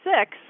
six